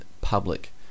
public